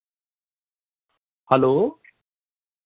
hello